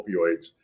opioids